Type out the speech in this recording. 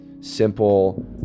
simple